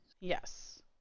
yes